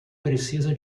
precisa